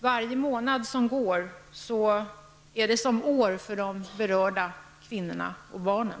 Varje månad som går, är som år för de berörda kvinnorna och barnen.